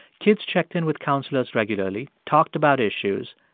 kids checked in with counselors regularly, talked about issues,